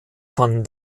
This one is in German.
van